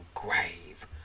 Grave